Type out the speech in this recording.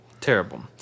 Terrible